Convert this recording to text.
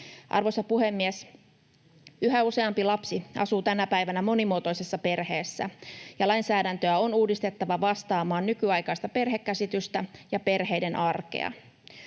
Arvoisa puhemies! Yhä useampi lapsi asuu tänä päivänä monimuotoisessa perheessä, ja lainsäädäntöä on uudistettava vastaamaan nykyaikaista perhekäsitystä ja perheiden arkea.